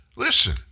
Listen